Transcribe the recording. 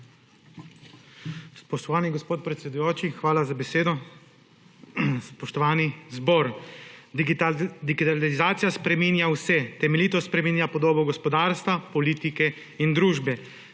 Spoštovani gospod predsedujoči, hvala za besedo, spoštovani zbor! Digitalizacija spreminja vse, temeljito spreminja podobo gospodarstva, politike in družbe,